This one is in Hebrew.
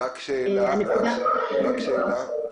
יש לי שאלה.